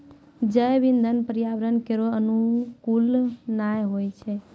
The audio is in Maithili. जैव इंधन पर्यावरण केरो अनुकूल नै होय छै